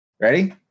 Ready